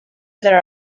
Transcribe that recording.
there